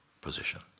position